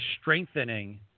strengthening